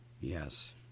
Yes